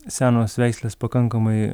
senos veislės pakankamai